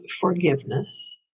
forgiveness